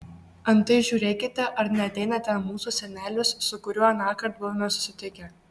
antai žiūrėkite ar neateina ten mūsų senelis su kuriuo anąkart buvome susitikę